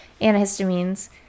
antihistamines